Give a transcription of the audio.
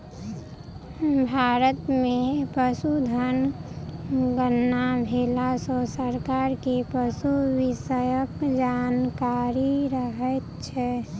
भारत मे पशुधन गणना भेला सॅ सरकार के पशु विषयक जानकारी रहैत छै